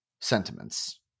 sentiments